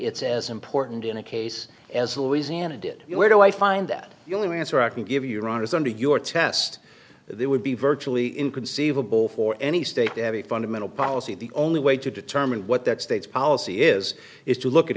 it's as important in a case as louisiana did you where do i find that you only answer i can give your honors under your test there would be virtually inconceivable for any state to have a fundamental policy of the only way to determine what that state's policy is is to look at